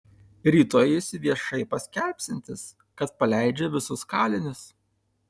rytoj jis viešai paskelbsiantis kad paleidžia visus kalinius